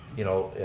you know,